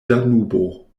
danubo